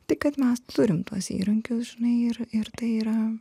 tik kad mes turime tuos įrankius žinai ir ir tai yra